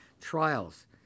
trials